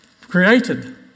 created